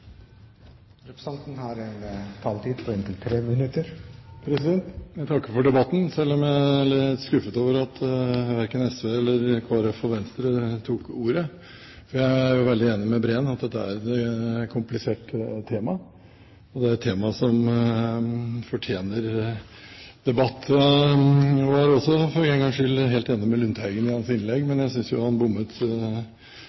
skuffet over at verken SV, Kristelig Folkeparti eller Venstre tok ordet. Jeg er veldig enig med Breen i at dette er et komplisert tema, og det er et tema som fortjener debatt. Jeg var også for en gangs skyld helt enig med Lundteigen i hans innlegg, men